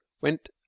went